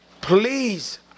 please